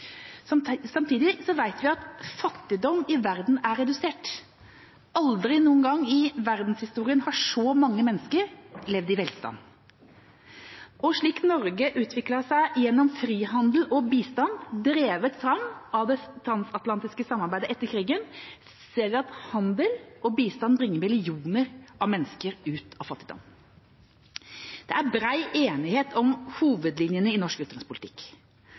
vi at fattigdommen i verden er redusert. Aldri noen gang i verdenshistorien har så mange mennesker levd i velstand, og slik Norge utviklet seg gjennom frihandel og bistand, drevet fram av det transatlantiske samarbeidet etter krigen, ser vi at handel og bistand bringer millioner av mennesker ut av fattigdom. Det er bred enighet om hovedlinjene i norsk utenrikspolitikk.